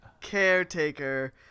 caretaker